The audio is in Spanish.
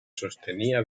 sostenía